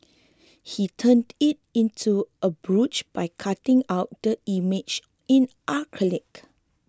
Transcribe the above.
he turned it into a brooch by cutting out the image in acrylic